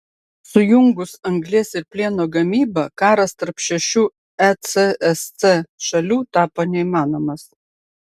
sujungus anglies ir plieno gamybą karas tarp šešių ecsc šalių tapo neįmanomas